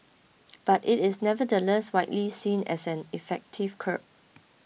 but it is nevertheless widely seen as an effective curb